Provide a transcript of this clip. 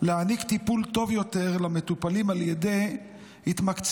להעניק טיפול טוב יותר למטופלים על ידי התמקצעות